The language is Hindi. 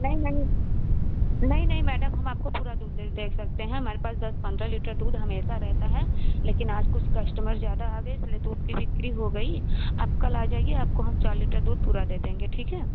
नहीं नहीं नहीं नहीं मैडम हम आपको पूरा दूध दे दे सकते हैं हमारे पास दस पंद्रह लीटर दूध हमेशा रहता है लेकिन आज कुछ कश्टमर ज़्यादा आ गए इसलिए दूध की बिक्री हो गई आप कल आ जाइए आपको हम चार लीटर दूध पूरा दे देंगे ठीक है